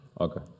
Okay